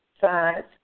science